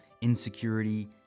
insecurity